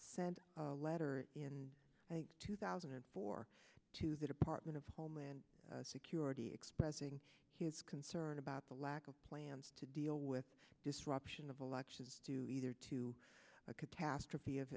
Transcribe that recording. sent a letter in two thousand and four to the department of homeland security expressing his concern about the lack of plans to deal with disruption of elections due either to a catastrophe